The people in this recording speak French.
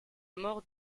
mort